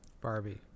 Barbie